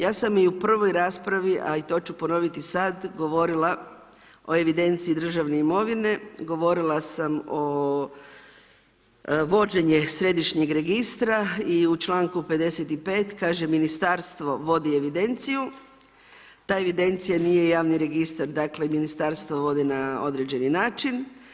Ja sam i u prvoj raspravi, a i to ću ponoviti sada, govorila o evidenciji državne imovine, govorila sam o vođenje središnjeg registra i u čl. 55. kaže ministarstvo vodi evidenciju, ta evidencija nije javni registar, dakle, ministarstvo vodi na određeni način.